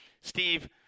Steve